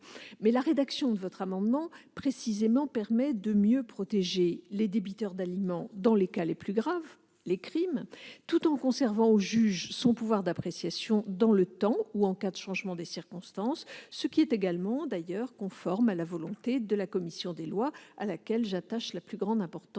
Mais la rédaction de votre amendement permet précisément de mieux protéger les débiteurs d'aliments dans les cas les plus graves, les crimes, tout en conservant au juge son pouvoir d'appréciation dans le temps ou en cas de changement de circonstances, ce qui est également conforme à la volonté de la commission des lois, à laquelle j'attache la plus grande importance.